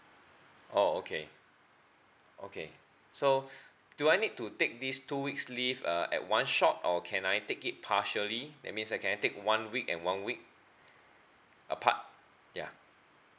oh okay okay so do I need to take these two weeks leave uh at one shot or can I take it partially that means can I take one week and one week apart ya